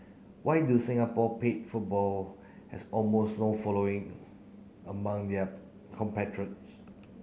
why do Singapore paid football has almost no following among their compatriots